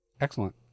Excellent